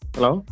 Hello